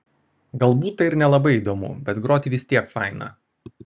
galbūt tai ir nelabai įdomu bet groti vis tiek faina